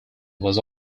was